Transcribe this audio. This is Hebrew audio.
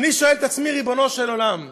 ואני שואל את עצמי: ריבונו של עולם,